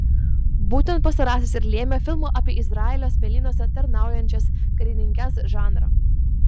būtent pastarasis ir lėmė filmo apie izraelio smėlynuose tarnaujančias karininkes žanrą